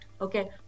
Okay